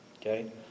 Okay